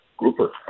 Grouper